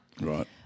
Right